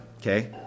okay